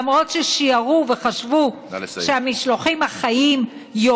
למרות ששיערו וחשבו שהמשלוחים החיים, נא לסיים.